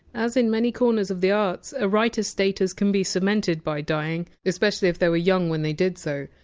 as in many corners of the arts, a writer! s status can be cemented by dying especially if they were young when they did so.